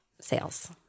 sales